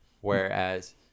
Whereas